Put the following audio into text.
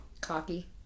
Cocky